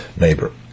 neighbor